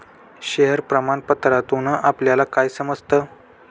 Share प्रमाण पत्रातून आपल्याला काय समजतं?